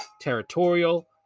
territorial